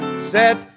set